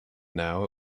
now